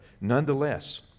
nonetheless